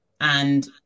and-